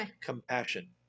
Compassion